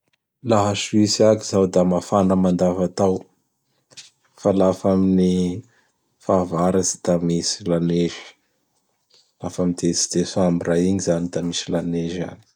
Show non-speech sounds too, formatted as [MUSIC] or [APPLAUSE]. [NOISE] Laha a Suisse agny zao da mafana mandavatao [NOISE] fa lafa amin'ny fahavaratsy da misy lanezy. Lafa am desi-desambra igny zany da misy lanezy agny. [NOISE]